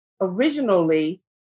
originally